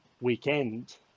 weekend